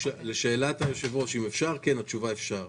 לשאלת היושב-ראש, אם אפשר, התשובה היא: כן, אפשר.